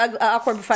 awkward